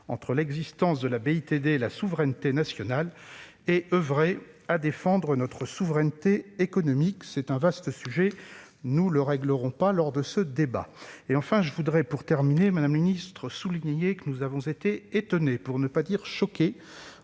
entre l'existence de la BITD et la souveraineté nationale ; oeuvrer à défendre notre souveraineté économique. C'est un vaste sujet, que nous ne réglerons pas lors de ce débat. Enfin, je voudrais signaler que nous avons été étonnés, pour ne pas dire choqués,